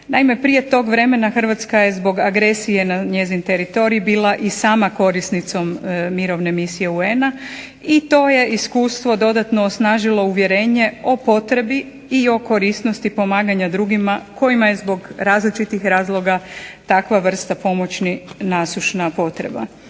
Naime, prije tog vremena Hrvatska je zbog agresije na njezin teritorij bila i sama korisnicom mirovne misije UN-a i to je iskustvo dodatno osnažilo uvjerenje o potrebi i o korisnosti pomaganja drugima kojima je zbog različitih razloga takva vrsta pomoći nasušna potreba.